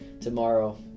tomorrow